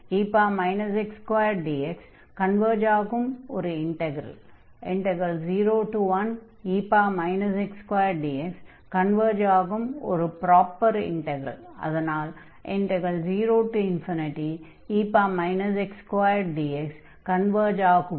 1 dx converge ஆகும் ஒரு integral 0 1dx converge ஆகும் ஒரு ப்ராப்பர் இன்டக்ரல் அதனால் 0 dx கன்வர்ஜ் ஆகும்